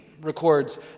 records